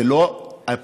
זה לא הפיזור.